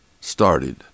started